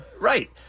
Right